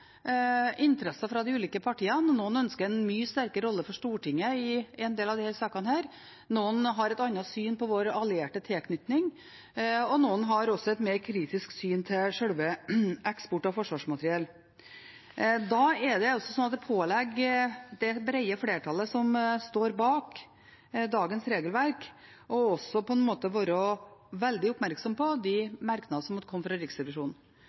interesser fra de ulike partiene. Noen ønsker en mye sterkere rolle for Stortinget i en del av disse sakene, noen har et annet syn på vår allierte tilknytning, og noen har også et mer kritisk syn på eksport av forsvarsmateriell. Da er det altså slik at det påligger det brede flertallet som står bak dagens regelverk, å være veldig oppmerksom på de merknader som kommer fra Riksrevisjonen.